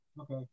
Okay